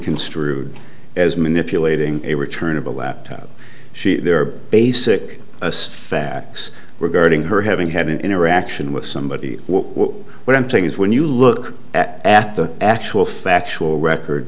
construed as manipulating a return of a laptop she there are basic facts regarding her having had an interaction with somebody what i'm saying is when you look at the actual factual record